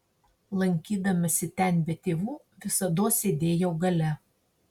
lankydamasi ten be tėvų visados sėdėjau gale